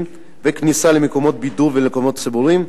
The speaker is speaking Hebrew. ובכניסה למקומות בידור ולמקומות ציבוריים,